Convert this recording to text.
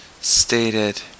stated